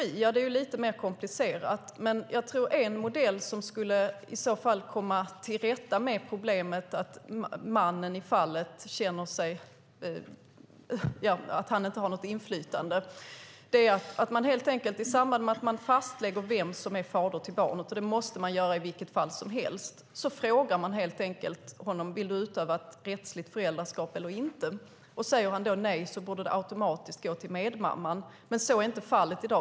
I de fallen är det lite mer komplicerat, men jag tror att en modell som skulle kunna komma till rätta med problemet att mannen i fallet inte har något inflytande är att man helt enkelt i samband med att man fastställer vem som är fader till barnet, och det måste man göra i vilket fall som helst, frågar honom om han vill utöva ett rättsligt föräldraskap eller inte. Säger han då nej borde det rättsliga föräldraskapet automatiskt gå till medmamman, men så är inte fallet i dag.